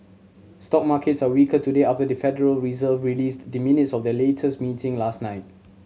stock markets are weaker today after the Federal Reserve released the minutes of their latest meeting last night